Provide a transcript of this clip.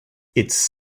its